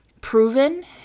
proven